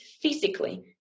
physically